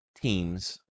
teams